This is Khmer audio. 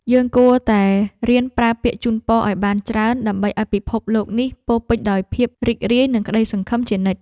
យើងគួរតែរៀនប្រើពាក្យជូនពរឱ្យបានច្រើនដើម្បីឱ្យពិភពលោកនេះពោរពេញដោយភាពរីករាយនិងក្ដីសង្ឃឹមជានិច្ច។